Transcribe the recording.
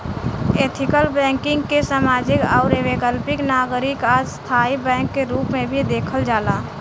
ethical banking के सामाजिक आउर वैकल्पिक नागरिक आ स्थाई बैंक के रूप में भी देखल जाला